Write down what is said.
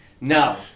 No